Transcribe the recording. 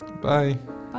Bye